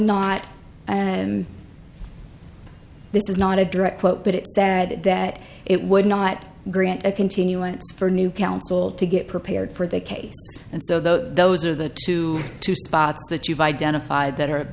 not and this is not a direct quote but it's sad that it would not grant a continuance for new counsel to get prepared for the case and so those are the two two spots that you've identified that